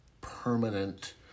permanent